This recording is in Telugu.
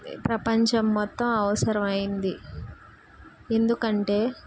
ప్రపంచం మొత్తం అవసరమైంది ఎందుకంటే